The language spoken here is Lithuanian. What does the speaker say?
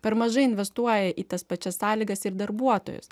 per mažai investuoja į tas pačias sąlygas ir darbuotojus